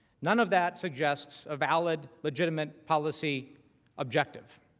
none of that suggest a valid legitimate policy objective.